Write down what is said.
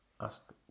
ask